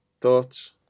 Thoughts